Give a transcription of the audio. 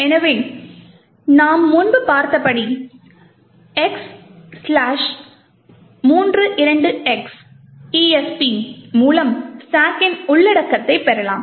எனவே நாம் முன்பு பார்த்தபடி gdb x 32x esp மூலம் ஸ்டாக்கின் உள்ளடக்கத்தை பெறலாம்